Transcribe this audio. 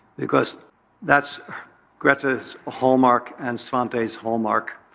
because that's greta's hallmark and svante's hallmark.